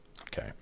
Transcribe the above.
Okay